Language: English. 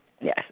Yes